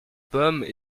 pommes